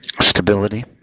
Stability